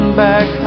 back